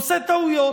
עושה טעויות.